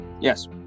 Yes